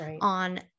on